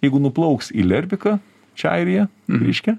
jeigu nuplauks į lerbiką čia airija reiškia